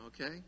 okay